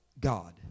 God